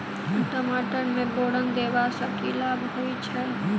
टमाटर मे बोरन देबा सँ की लाभ होइ छैय?